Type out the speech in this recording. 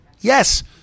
Yes